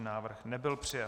Návrh nebyl přijat.